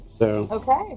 Okay